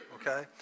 okay